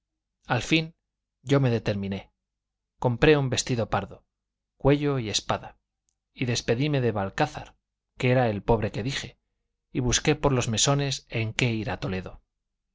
al fin yo me determiné compré un vestido pardo cuello y espada y despedíme de valcázar que era el pobre que dije y busqué por los mesones en qué ir a toledo